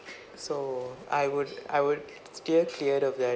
so I would I would steer clear of that